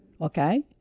Okay